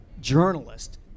journalist